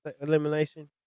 elimination